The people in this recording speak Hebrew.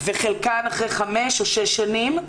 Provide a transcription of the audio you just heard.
וחלקן אחרי חמש או שש שנים,